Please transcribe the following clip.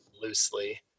loosely